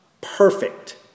perfect